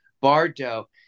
Bardo